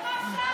אתם,